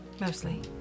Mostly